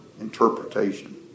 interpretation